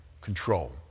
control